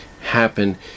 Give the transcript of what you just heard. happen